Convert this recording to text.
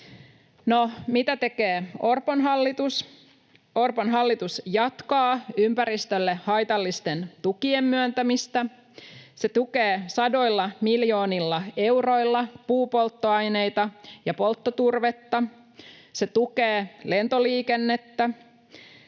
mitä tekee Orpon hallitus? Orpon hallitus jatkaa ympäristölle haitallisten tukien myöntämistä. Se tukee sadoilla miljoonilla euroilla puupolttoaineita ja polttoturvetta. Se tukee lentoliikennettä.